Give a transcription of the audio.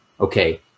okay